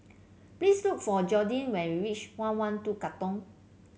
please look for Jordi when you reach one one two Katong